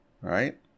right